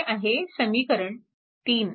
हे आहे समीकरण 3